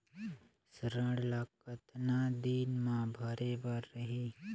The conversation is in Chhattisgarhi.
ऋण ला कतना दिन मा भरे बर रही?